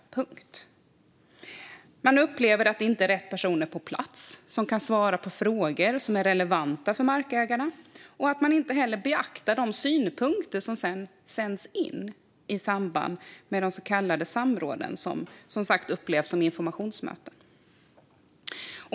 Man upplever att det inte är rätt personer på plats som kan svara på frågor som är relevanta för markägarna och att de synpunkter som sänds in i samband med de så kallade samråden inte beaktas. De upplevs som sagt som informationsmöten.